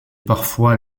parfois